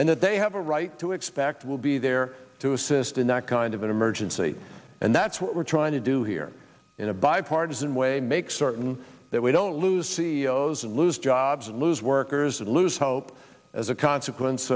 and that they have a right to expect will be there to assist in that kind of an emergency and that's what we're trying to do here in a bipartisan way make certain that we don't lose c e o s and lose jobs and lose workers and lose hope as a consequence